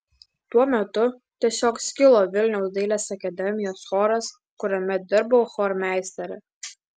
tuo metu tiesiog skilo vilniaus dailės akademijos choras kuriame dirbau chormeistere